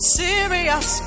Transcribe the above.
serious